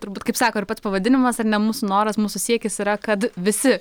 turbūt kaip sako ir pats pavadinimas ar ne mūsų noras mūsų siekis yra kad visi